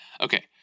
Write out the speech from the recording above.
Okay